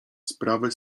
sprawy